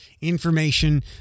information